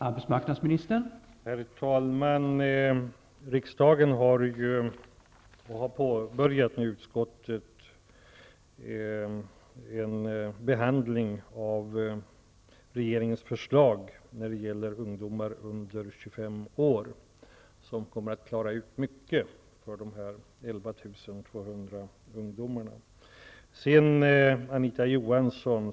Från länsstyrelsen i Stockholm har föreslagits att länsstyrelsen eller länsarbetsnämnden som ett led i kampen mot arbetslösheten som en försöksverksamhet skulle få disponera 1 miljard kronor att låna ut till offentliga investeringar som ger sysselsättning. Staten skulle garantera lånen, och lånebeloppet skulle täcka halva investeringskostnaden.